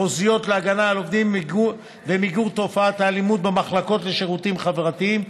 הגנה על עובדים ומיגור תופעת האלימות במחלקות לשירותים חברתיים,